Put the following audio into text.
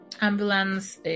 ambulance